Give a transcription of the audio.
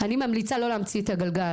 אני ממליצה לא להמציא את הגלגל.